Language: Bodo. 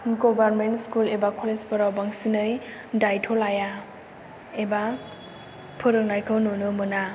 गभारमेन्ट स्कुल एबा कलेजफ्राव बांसिनानै दायथ' लाया एबा फोरोंनायखौ नुनो मोना